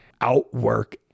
Outwork